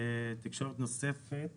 תקשורת נוספת